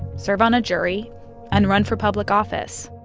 serve on a jury and run for public office.